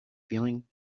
feeling